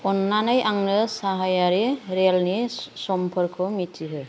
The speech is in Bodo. अननानै आंनो साहायारि रेलनि समफोरखौ मिथिहो